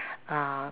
uh